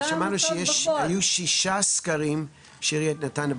היו שישה סקרים של עיריית נתניה.